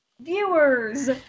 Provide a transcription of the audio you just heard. viewers